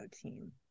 team